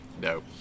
No